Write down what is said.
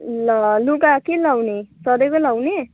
ल लुगा के लाउने सधैँको लाउने